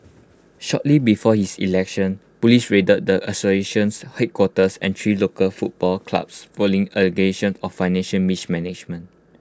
shortly before his election Police raided the association's headquarters and three local football clubs following allegations of financial mismanagement